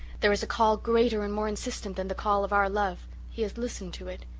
there is a call greater and more insistent than the call of our love he has listened to it.